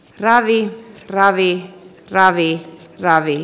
ravit ravi kc ravi kc ravi